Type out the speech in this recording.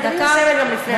אסיים גם לפני הזמן.